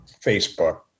Facebook